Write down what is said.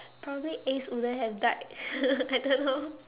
probably ace wouldn't have died I don't know